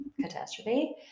catastrophe